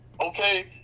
Okay